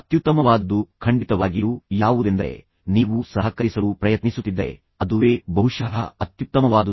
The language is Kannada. ಅತ್ಯುತ್ತಮವಾದದ್ದು ಖಂಡಿತವಾಗಿಯೂ ಯಾವುದೆಂದರೆ ನೀವು ಸಹಕರಿಸಲು ಪ್ರಯತ್ನಿಸುತ್ತಿದ್ದರೆ ಅದುವೇ ಬಹುಶಃ ಅತ್ಯುತ್ತಮವಾದುದು